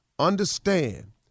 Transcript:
Understand